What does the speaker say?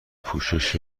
پوشش